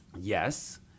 Yes